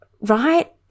right